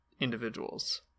individuals